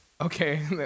Okay